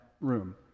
room